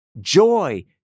joy